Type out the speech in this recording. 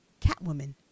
Catwoman